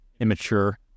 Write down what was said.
immature